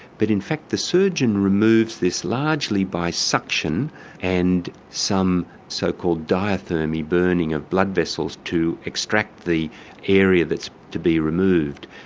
but in fact the surgeon removes this largely by suction and some so-called diathermy, burning of blood vessels, to extract the area that's to be removed.